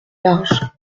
large